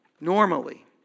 Normally